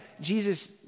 Jesus